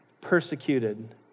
persecuted